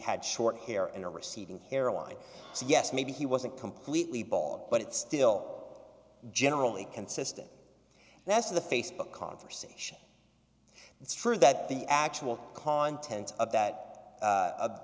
had short hair and a receding hairline so yes maybe he wasn't completely bald but it still generally consistent that's the facebook conversation it's true that the actual contents of that